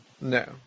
No